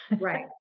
Right